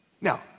Now